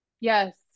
Yes